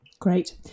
Great